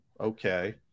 okay